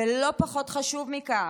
ולא פחות חשוב מכך,